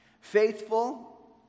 Faithful